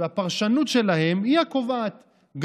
והפרשנות שלהם היא הקובעת,